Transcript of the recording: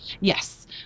yes